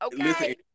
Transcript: okay